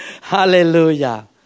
Hallelujah